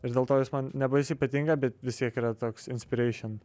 ir dėl to jis man nebaisiai patinka bet vis tiek yra toks inspireišn